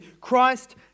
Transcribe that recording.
Christ